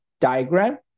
diagram